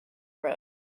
road